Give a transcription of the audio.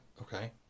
Okay